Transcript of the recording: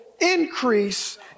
increase